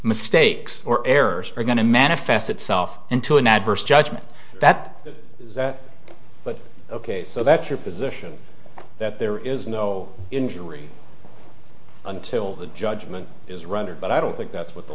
mistakes or errors are going to manifest itself into an adverse judgment that but ok so that's your position that there is no injury until the judgment is rendered but i don't think that's what the